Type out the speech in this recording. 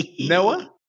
Noah